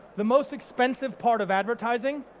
the most expensive part of advertising,